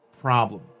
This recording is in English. problem